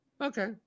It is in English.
Okay